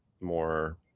more